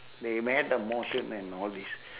they made the motion and all these